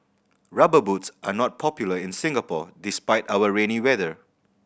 Rubber Boots are not popular in Singapore despite our rainy weather